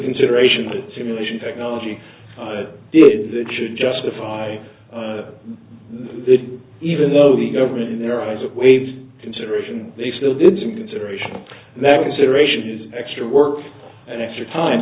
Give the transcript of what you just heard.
consideration that simulation technology did that should justify that even though the government in their eyes of wave consideration they still did some consideration that consideration is extra work and extra time